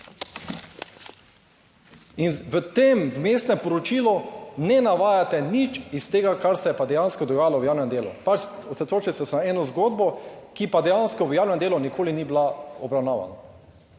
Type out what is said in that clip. In v tem vmesnem poročilu ne navajate nič iz tega kar se je pa dejansko dogajalo v javnem delu. Pač osredotoči se na eno zgodbo, ki pa dejansko v javnem delu nikoli ni bila obravnavana